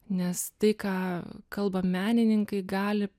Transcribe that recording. nes tai ką kalba menininkai gali